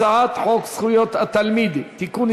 הצעת חוק זכויות התלמיד (תיקון,